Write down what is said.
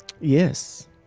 Yes